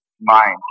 mind